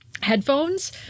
headphones